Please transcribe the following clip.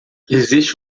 existe